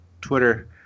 Twitter